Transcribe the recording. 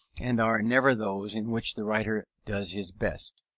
and are never those in which the writer does his best.